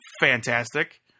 fantastic